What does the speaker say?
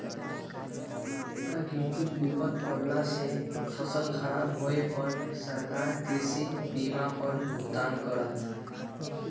प्राकृतिक विपत परला से फसल खराब होय पर सरकार कृषि बीमा पर भुगतान करत